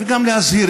וגם להזהיר,